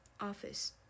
office